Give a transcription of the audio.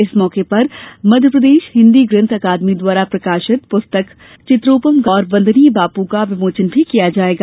इस मौके पर मध्यप्रदेश हिन्दी ग्रन्थ अकादमी द्वारा प्रकाशित पुस्तक चित्रोपम गांधी और वंदनीय बापू का विमोचन भी किया जायेगा